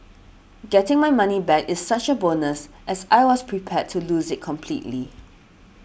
getting my money back is such a bonus as I was prepared to lose it completely